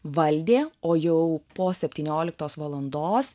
valdė o jau po septynioliktos valandos